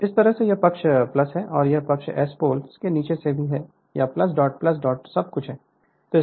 तो इसी तरह यह पक्ष है यह पक्ष S पोल के नीचे है यह भी डॉट डॉट सब कुछ है